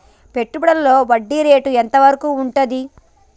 పెట్టుబడులలో వడ్డీ రేటు ఎంత వరకు ఉంటది?